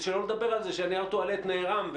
שלא לדבר על זה שנייר הטואלט נערם,